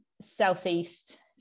southeast